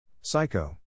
psycho